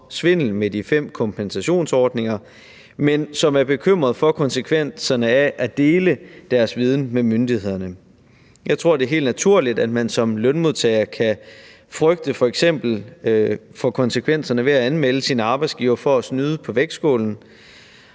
svindel med de fem kompensationsordninger, men som er bekymret for konsekvenserne af at dele deres viden med myndighederne. Jeg tror, det er helt naturligt, at man som lønmodtager kan frygte f.eks. for konsekvenserne ved at anmelde sin arbejdsgiver for at snyde på vægtskålen,